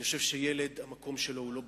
אני חושב שילד, המקום שלו הוא לא בבית-כלא,